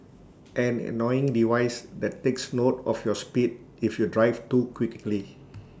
an annoying device that takes note of your speed if you drive too quickly